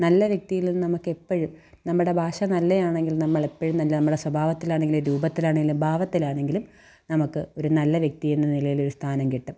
നല്ല വ്യക്തിയിൽ നിന്ന് നമുക്ക് എപ്പഴും നമ്മുടെ ഭാഷ നല്ലതാണെങ്കിൽ നമ്മൾ എപ്പഴും നല്ല നമ്മുടെ സ്വഭാവത്തിലാണെങ്കിലും രുപത്തിലാണേലും ഭാവത്തിലാണെങ്കിലും നമുക്ക് ഒരു നല്ല വ്യക്തിയെന്ന നിലയിൽ ഒരു സ്ഥാനം കിട്ടും